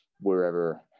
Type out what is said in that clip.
wherever